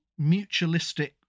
mutualistic